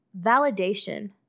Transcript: validation